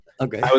okay